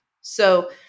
So-